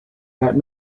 that